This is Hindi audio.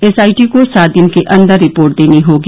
एसआईटी को सात दिन के अंदर रिपोर्ट देनी होगी